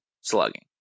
slugging